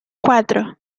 cuatro